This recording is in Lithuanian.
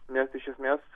nes iš esmės